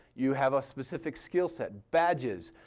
you have a specific skill set. badges,